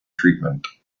treatment